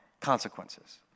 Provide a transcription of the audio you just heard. consequences